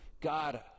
God